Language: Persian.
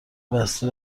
بسته